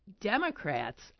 Democrats